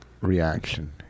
reaction